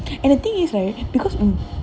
and the thing is because mm